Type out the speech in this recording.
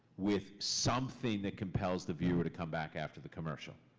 with something that compels the viewer to come back after the commercial.